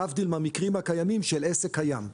להבדיל מהמקרים הקיימים של עסק קיים.